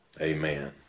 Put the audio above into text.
amen